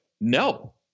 no